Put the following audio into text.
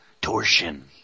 Torsion